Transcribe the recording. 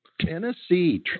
Tennessee